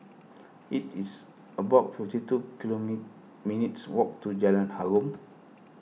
it is about fifty two kilo me minutes' walk to Jalan Harum